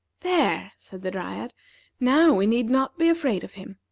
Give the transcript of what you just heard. there, said the dryad now we need not be afraid of him.